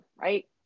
right